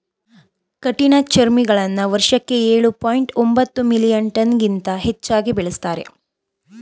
ಕಠಿಣಚರ್ಮಿಗಳನ್ನ ವರ್ಷಕ್ಕೆ ಎಳು ಪಾಯಿಂಟ್ ಒಂಬತ್ತು ಮಿಲಿಯನ್ ಟನ್ಗಿಂತ ಹೆಚ್ಚಾಗಿ ಬೆಳೆಸ್ತಾರೆ